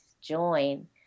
join